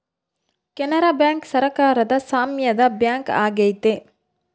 Canara bank ಸರಕಾರದ ಸಾಮ್ಯದ bank ಆಗೈತೆ